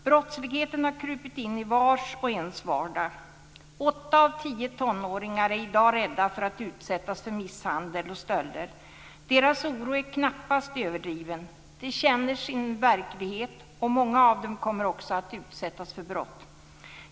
Brottsligheten har krupit in i vars och ens vardag. 8 av 10 tonåringar är i dag rädda för att utsättas för misshandel och stölder. Deras oro är knappast överdriven. De känner sin verklighet, och många av dem kommer också att utsättas för brott.